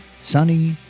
sunny